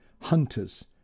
Hunters